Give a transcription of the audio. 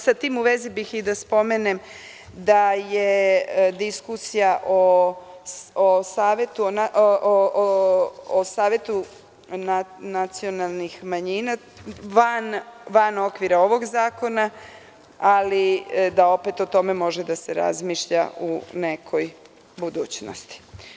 Sa tim u vezi bih da spomenem da je diskusija o savetu nacionalnih manjina van okvira ovog zakona, ali da o tome može da se razmišlja u nekoj budućnosti.